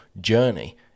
journey